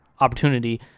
opportunity